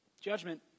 judgment